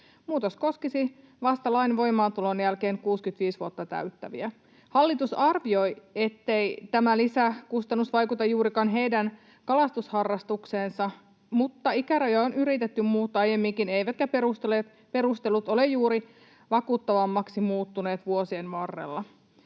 Muutos koskisi vasta lain voimaantulon jälkeen 65 vuotta täyttäviä. Hallitus arvioi, ettei tämä lisäkustannus vaikuta juurikaan heidän kalastusharrastukseensa, mutta ikärajoja on yritetty muuttaa aiemminkin, eivätkä perustelut ole juuri vakuuttavammiksi muuttuneet vuosien varrella.